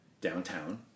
downtown